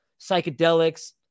psychedelics